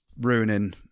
ruining